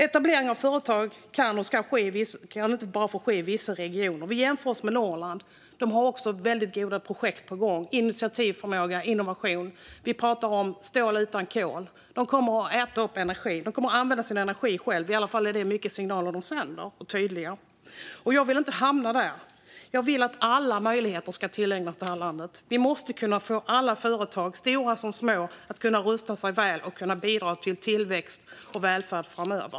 Etablering av företag kan och ska inte få ske i bara vissa regioner. Vi kan jämföra med Norrland. De har också väldigt goda projekt på gång. De har initiativförmåga och innovation, till exempel stål utan kol. De kommer att äta upp energi och själva använda sin energi. Det är i alla fall den tydliga signalen de sänder. Jag vill inte att vi hamnar där. Jag vill att alla möjligheter ska finnas i det här landet. Alla företag, stora som små, måste kunna rusta sig väl och bidra till tillväxt och välfärd framöver.